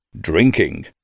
drinking